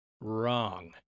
wrong